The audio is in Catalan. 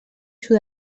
sud